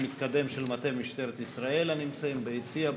מתקדם של מטה משטרת ישראל הנמצאים ביציע.